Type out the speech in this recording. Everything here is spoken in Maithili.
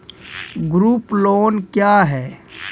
ग्रुप लोन क्या है?